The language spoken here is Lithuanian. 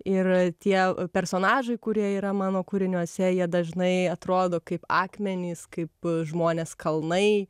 ir tie personažai kurie yra mano kūriniuose jie dažnai atrodo kaip akmenys kaip žmonės kalnai